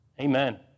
Amen